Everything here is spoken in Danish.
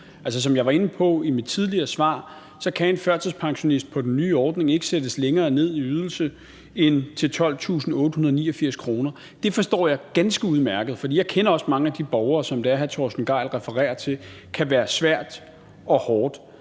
Som jeg var inde på i mit tidligere svar, kan en førtidspensionist på den nye ordning ikke sættes længere ned i ydelse end til 12.889 kr. Det forstår jeg ganske udmærket, for jeg kender også mange af de borgere, som hr. Torsten Gejl refererer til, og det kan være svært og hårdt.